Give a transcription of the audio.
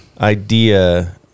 idea